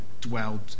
dwelled